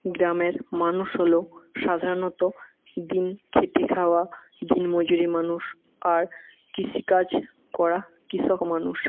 গ্রামের মানুষ হল সাধারণত দিন খেটে খাওয়া দিনমজুর মানুষ আর কৃষিকাজ করা কৃষক মানুষ